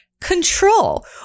control